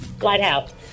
Lighthouse